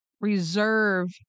reserve